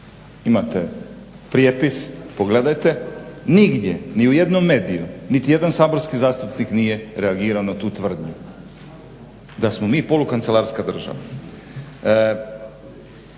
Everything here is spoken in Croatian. Imate prijepis, pogledajte. Nigdje, ni u jednom mediju, niti jedan saborski zastupnik nije reagirao na tu tvrdnju da smo mi polukancelarska država.